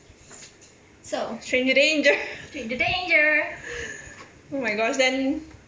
stranger danger oh my gosh then